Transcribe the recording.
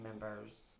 members